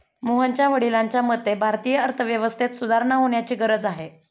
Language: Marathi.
मोहनच्या वडिलांच्या मते, भारतीय अर्थव्यवस्थेत सुधारणा होण्याची गरज आहे